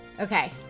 Okay